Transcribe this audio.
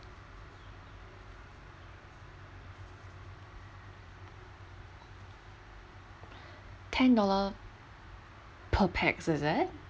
ten dollar per pax is it